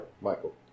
Michael